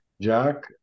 Jack